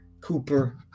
Cooper